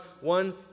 one